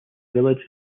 village